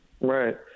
Right